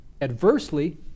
adversely